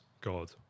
God